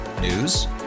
News